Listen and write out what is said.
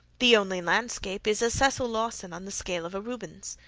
the only landscape is a cecil lawson on the scale of a rubens.